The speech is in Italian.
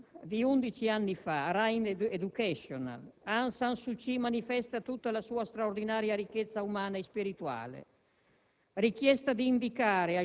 In un'intervista di 11 anni fa a RAI Educational Aung San Suu Kyi ha manifestato tutta la sua straordinaria ricchezza umana e spirituale.